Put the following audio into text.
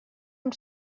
amb